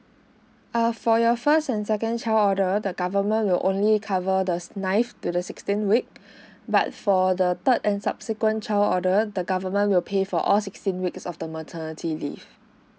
err for your first and second child order the government will only cover the knife to the sixteen week but for the third and subsequent child order the government will pay for all sixteen weeks of the maternity leave